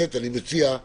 ודבר שני, אני מציע ש